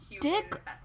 dick